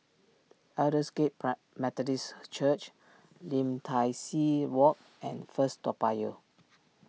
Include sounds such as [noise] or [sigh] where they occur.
Aldersgate [unintelligible] Methodist Church Lim Tai See Walk and First Toa Payoh